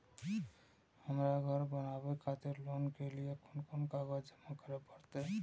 हमरा घर बनावे खातिर लोन के लिए कोन कौन कागज जमा करे परते?